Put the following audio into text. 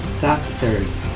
Doctors